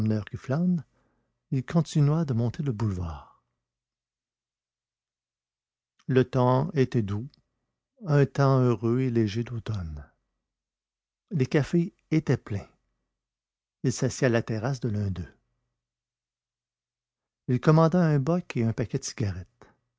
qui flâne il continua de monter le boulevard le temps était doux un temps heureux et léger d'automne les cafés étaient pleins il s'assit à la terrasse de l'un d'eux il commanda un bock et un paquet de cigarettes